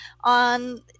on